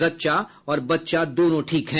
जच्चा और बच्चा दोनों ठीक हैं